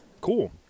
Cool